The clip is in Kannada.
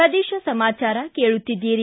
ಪ್ರದೇಶ ಸಮಾಚಾರ ಕೇಳುತ್ತಿದ್ದೀರಿ